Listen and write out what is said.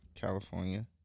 California